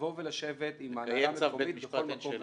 לבוא ולשבת עם ההנהלה בכל מקום ומקום.